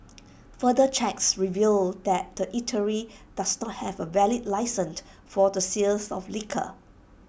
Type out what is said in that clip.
further checks revealed that the eatery does not have A valid licence for the sales of liquor